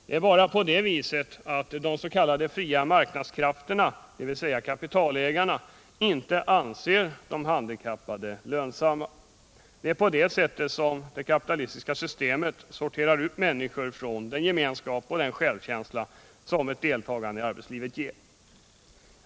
Det är bara på det viset att de s.k. fria marknadskrafterna, dvs. kapitalägarna, inte anser de handikappade lönsamma. Det är på det sättet som det kapitalistiska systemet sorterar ut människor från den gemenskap och självkänsla som ett deltagande i arbetslivet ger.